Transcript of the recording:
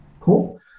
cool